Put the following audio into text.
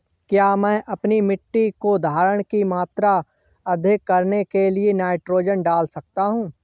क्या मैं अपनी मिट्टी में धारण की मात्रा अधिक करने के लिए नाइट्रोजन डाल सकता हूँ?